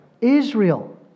Israel